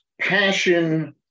passion